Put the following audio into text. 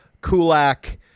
Kulak